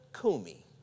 Kumi